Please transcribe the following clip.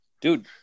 dude